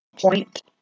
point